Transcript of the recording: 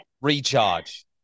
Recharge